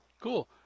Cool